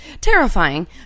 terrifying